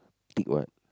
thick what